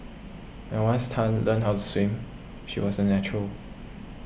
and once Tan learnt how to swim she was a natural